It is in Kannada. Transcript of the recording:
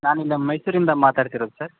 ನಾನು ಇಲ್ಲಿ ಮೈಸೂರಿಂದ ಮಾತಾಡ್ತಿರೋದು ಸರ್